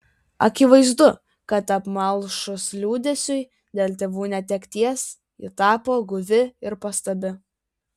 akivaizdu kad apmalšus liūdesiui dėl tėvų netekties ji tapo guvi ir pastabi